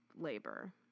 labor